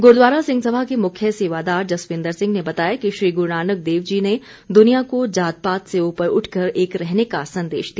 गुरूद्वारा सिंह सभा के मुख्य सेवादार जसविंदर सिंह ने बताया कि श्री गुरूनानक देव जी ने दुनिया को जात पात से ऊपर उठकर एक रहने का संदेश दिया